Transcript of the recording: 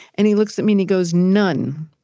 and he looks at me and he goes, none.